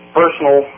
personal